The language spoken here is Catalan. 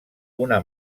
una